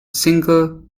single